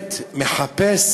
באמת מחפש